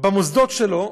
במוסדות שלו,